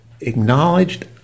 acknowledged